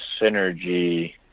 synergy